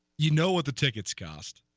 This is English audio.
you know what the tickets cost